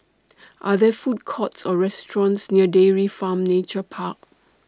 Are There Food Courts Or restaurants near Dairy Farm Nature Park